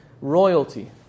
royalty